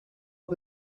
had